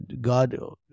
God